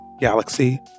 galaxy